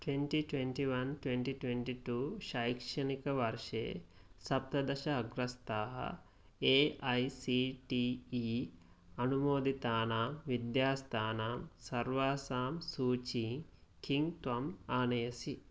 twenty twenty one twenty twenty two शैक्षणिकवर्षे सप्तदश अग्रस्थाः A I C T E अनुमोदितानां विद्यास्थानां सर्वासां सूचीं किं त्वम् आनयसि